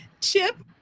Chip